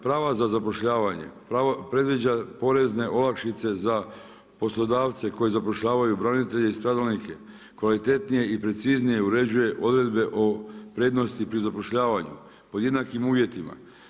Prava za zapošljavanje, predviđa porezne olakšice za poslodavce koji zapošljavaju branitelje i stradalnike, kvalitetnije i preciznije uređuje odredbe o prednosti pri zapošljavanju, pod jednakim uvjetima.